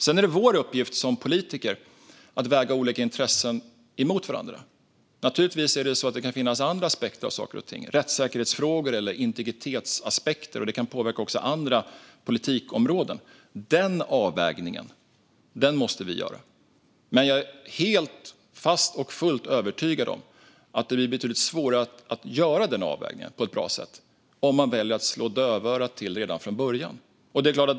Sedan är det vår uppgift som politiker att väga olika intressen mot varandra. Det kan naturligtvis finnas andra aspekter på saker och ting. Det kan handla om rättssäkerhetsfrågor eller integritetsaspekter. Det kan också påverka andra politikområden. Den avvägningen måste vi göra. Men jag är helt fast och fullt övertygad om att det blir betydligt svårare att göra den avvägningen på ett bra sätt om man väljer att slå dövörat till redan från början.